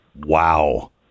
Wow